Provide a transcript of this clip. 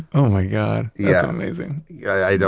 oh, my god yeah that's amazing yeah, and